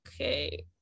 Okay